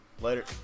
Later